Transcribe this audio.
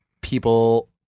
people